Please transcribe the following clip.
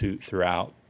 throughout